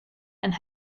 and